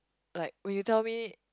like when you tell me